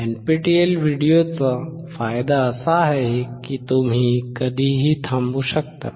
NPTEL व्हिडिओंचा फायदा असा आहे की तुम्ही कधीही थांबू शकता